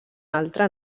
altre